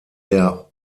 der